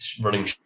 running